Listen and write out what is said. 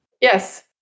Yes